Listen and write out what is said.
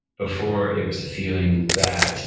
before it was a feeling that